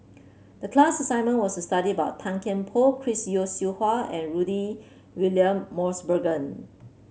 the class assignment was to study about Tan Kian Por Chris Yeo Siew Hua and Rudy William Mosbergen